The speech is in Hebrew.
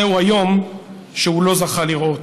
זהו היום שהוא לא זכה לראות.